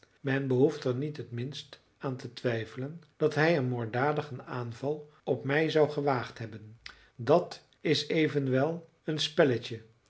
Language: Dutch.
men behoeft er niet t minst aan te twijfelen dat hij een moorddadigen aanval op mij zou gewaagd hebben dat is evenwel een spelletje